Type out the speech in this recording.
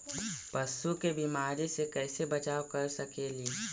पशु के बीमारी से कैसे बचाब कर सेकेली?